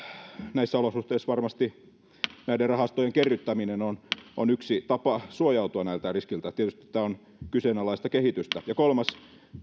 näissä olosuhteissa varmasti näiden rahastojen kerryttäminen on on yksi tapa suojautua näiltä riskeiltä tietysti tämä on kyseenalaista kehitystä kolmas